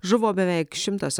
žuvo beveik šimtas